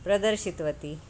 प्रदर्शितवती